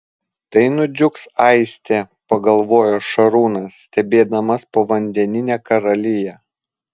tai nudžiugs aistė pagalvojo šarūnas stebėdamas povandeninę karaliją